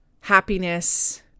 happiness